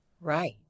Right